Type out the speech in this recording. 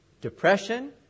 depression